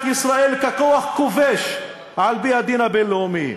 ישראל ככוח כובש על-פי הדין הבין-לאומי.